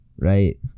right